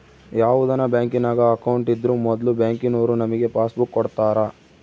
ಯಾವುದನ ಬ್ಯಾಂಕಿನಾಗ ಅಕೌಂಟ್ ಇದ್ರೂ ಮೊದ್ಲು ಬ್ಯಾಂಕಿನೋರು ನಮಿಗೆ ಪಾಸ್ಬುಕ್ ಕೊಡ್ತಾರ